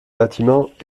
bâtiment